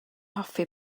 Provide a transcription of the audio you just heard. hoffi